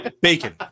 Bacon